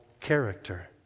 character